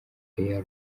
air